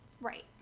Right